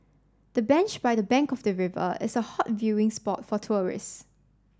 the bench by the bank of the river is hot viewing spot for tourists